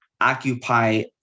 occupy